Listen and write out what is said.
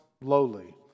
lowly